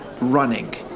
running